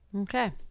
Okay